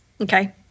okay